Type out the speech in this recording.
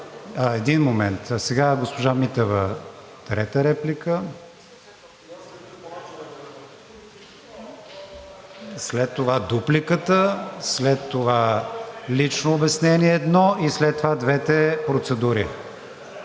Един момент, сега госпожа Митева трета реплика. След това дупликата, след това лично обяснение едно и след това двете процедури.